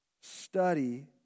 Study